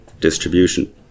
distribution